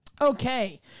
Okay